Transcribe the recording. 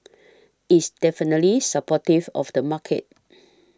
it's definitely supportive of the market